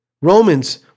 Romans